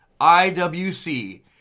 IWC